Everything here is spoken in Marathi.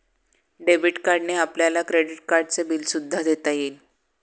डेबिट कार्डने आपल्याला क्रेडिट कार्डचे बिल सुद्धा देता येईल